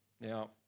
Now